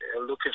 Looking